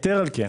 יתר על כן,